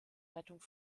rettung